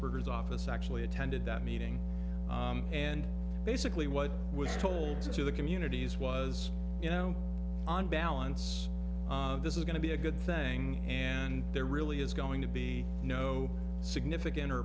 brownsburg is office actually attended that meeting and basically what was told to the communities was you know on balance this is going to be a good thing and there really is going to be no significant or